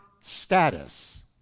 status